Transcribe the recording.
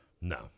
No